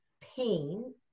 pain